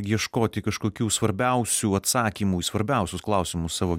ieškoti kažkokių svarbiausių atsakymų į svarbiausius klausimus savo